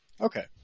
Okay